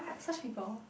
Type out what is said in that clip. such people